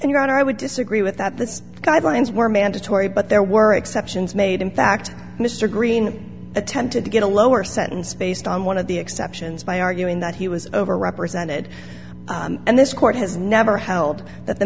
and your honor i would disagree with that this guidelines were mandatory but there were exceptions made in fact mr green attempted to get a lower sentence based on one of the exceptions by arguing that he was over represented and this court has never held that the